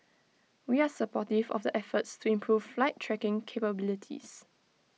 we are supportive of the efforts to improve flight tracking capabilities